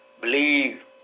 believe